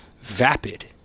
vapid